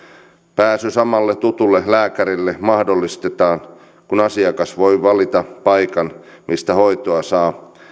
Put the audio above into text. pääsy samalle tutulle lääkärille mahdollistetaan kun asiakas voi valita paikan mistä hoitoa saa